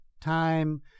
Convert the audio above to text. time